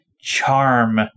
charm